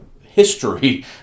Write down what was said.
history